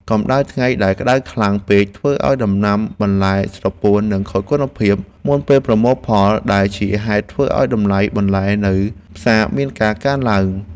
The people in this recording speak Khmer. កម្ដៅថ្ងៃដែលក្តៅខ្លាំងពេកធ្វើឱ្យដំណាំបន្លែស្រពោន និងខូចគុណភាពមុនពេលប្រមូលផលដែលជាហេតុធ្វើឱ្យតម្លៃបន្លែនៅផ្សារមានការកើនឡើង។